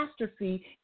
catastrophe